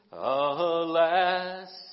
Alas